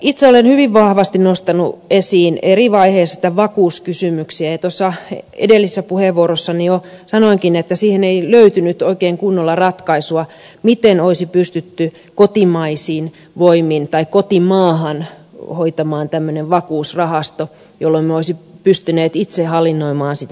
itse olen hyvin vahvasti nostanut esiin eri vaiheissa tämän vakuuskysymyksen ja tuossa edellisessä puheenvuorossani jo sanoinkin että ei löytynyt oikein kunnolla ratkaisua siihen miten olisi pystytty kotimaahan hoitamaan tämmöinen vakuusrahasto jolloin me olisimme pystyneet itse hallinnoimaan sitä täällä suomessa